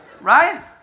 Right